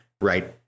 right